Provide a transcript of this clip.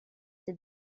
did